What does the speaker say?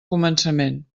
començament